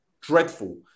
Dreadful